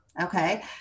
okay